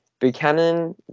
Buchanan